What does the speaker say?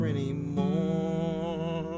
Anymore